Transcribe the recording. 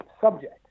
subject